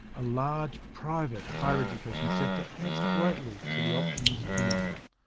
a large private higher education sector adds greatly to the options on offer.